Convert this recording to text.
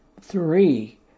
Three